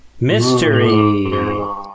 mystery